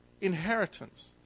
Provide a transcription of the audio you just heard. inheritance